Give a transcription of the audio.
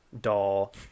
Doll